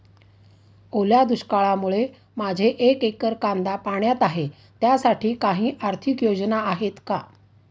ओल्या दुष्काळामुळे माझे एक एकर कांदा पाण्यात आहे त्यासाठी काही आर्थिक योजना आहेत का?